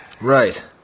Right